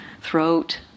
throat